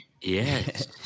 Yes